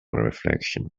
reflection